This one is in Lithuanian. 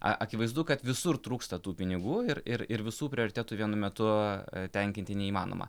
a akivaizdu kad visur trūksta tų pinigų ir ir ir visų prioritetų vienu metu tenkinti neįmanoma